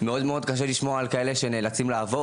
מאד מאד קשה לשמור על כאלה שנאלצים לעבור